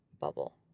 bubble